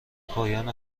پایان